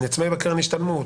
אני עצמאי בקרן השתלמות.